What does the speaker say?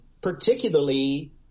particularly